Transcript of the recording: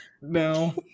No